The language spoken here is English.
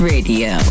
Radio